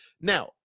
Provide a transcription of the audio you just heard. Now